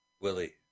Willie